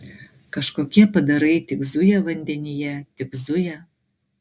kažkokie padarai tik zuja vandenyje tik zuja